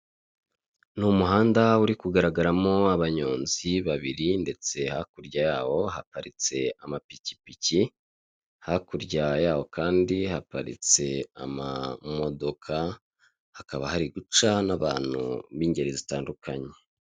Ni umuhanda uri kugaragaramo abanyonzi babiri, ndetse hakurya yabo haparitse amapikipiki, hakurya yaho kandi haparitse amamodoka, hakaba hari guca n'abantu b'ingeri zitandukanye.